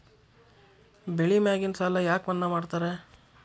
ಬೆಳಿ ಮ್ಯಾಗಿನ ಸಾಲ ಯಾಕ ಮನ್ನಾ ಮಾಡ್ತಾರ?